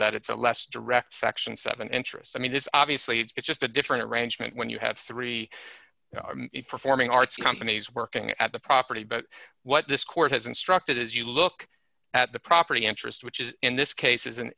that it's a less direct section seven interest i mean it's obviously it's just a different arrangement when you have three performing arts companies working at the property but what this court has instructed is you look at the property interest which is in this case is an